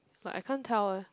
but I can't tell eh